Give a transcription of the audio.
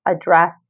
address